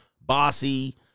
bossy